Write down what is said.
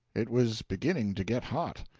it was beginning to get hot.